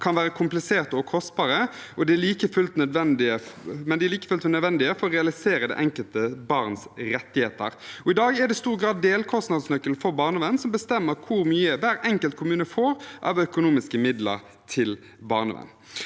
kan være kompliserte og kostbare, men de er like fullt nødvendige for å realisere det enkelte barns rettigheter. I dag er det i stor grad delkostnadsnøkkelen for barnevern som bestemmer hvor mye hver enkelt kommune får av økonomiske midler til barnevern.